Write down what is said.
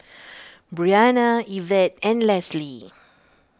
Briana Ivette and Lesli